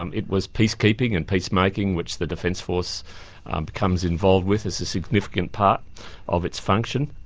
um it was peacekeeping and peace-making which the defence force becomes involved with as a significant part of its function.